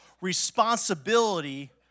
responsibility